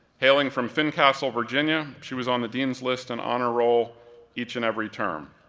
hailing from fincastle, virginia, she was on the dean's list and honor roll each and every term.